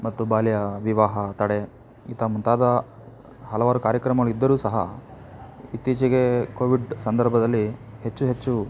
ಮತ್ತು ಬಾಲ್ಯ ವಿವಾಹ ತಡೆ ಇಂಥ ಮುಂತಾದ ಹಲವಾರು ಕಾರ್ಯಕ್ರಮಗಳು ಇದ್ದರೂ ಸಹ ಇತ್ತೀಚೆಗೆ ಕೋವಿಡ್ ಸಂದರ್ಭದಲ್ಲಿ ಹೆಚ್ಚು ಹೆಚ್ಚು